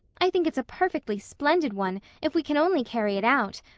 i think it's a perfectly splendid one, if we can only carry it out.